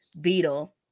Beetle